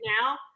now